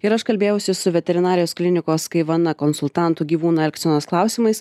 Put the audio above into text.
ir aš kalbėjausi su veterinarijos klinikos kaivana konsultantu gyvūnų elgsenos klausimais